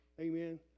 Amen